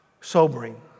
Sobering